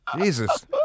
Jesus